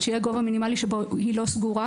שיהיה גובה מינימלי בו היא לא סגורה.